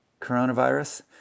coronavirus